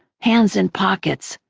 hands in pockets,